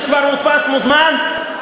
שכבר הודפס מזמן?